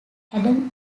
adam